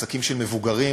עסקים של מבוגרים,